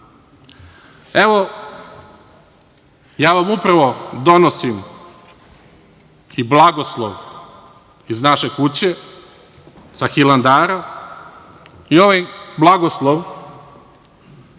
ja vam upravo donosim i blagoslov iz naše kuće sa Hilandara i ovaj blagoslov